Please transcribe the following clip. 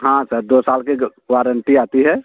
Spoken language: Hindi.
हाँ सर दो साल की वारण्टी आती है